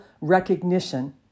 recognition